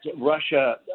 Russia